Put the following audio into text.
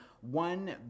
one